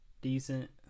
Decent